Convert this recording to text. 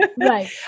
Right